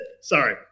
Sorry